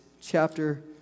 chapter